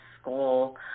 School